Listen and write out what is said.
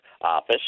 office